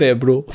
bro